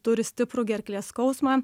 turi stiprų gerklės skausmą